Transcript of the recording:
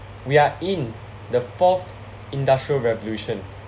we are in the fourth industrial revolution